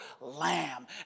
lamb